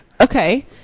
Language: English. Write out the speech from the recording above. Okay